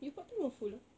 you part time or full ah